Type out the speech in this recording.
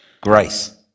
Grace